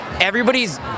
everybody's